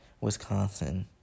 Wisconsin